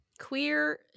queer